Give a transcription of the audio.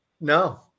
No